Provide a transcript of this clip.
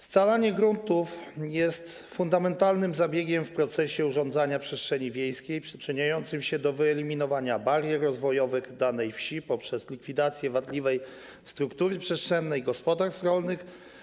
Scalanie gruntów jest fundamentalnym zabiegiem w procesie urządzania przestrzeni wiejskiej przyczyniającym się do wyeliminowania barier rozwojowych danej wsi poprzez likwidację wadliwej struktury przestrzennej gospodarstw rolnych.